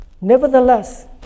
nevertheless